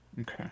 okay